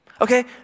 okay